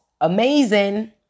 amazing